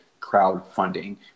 crowdfunding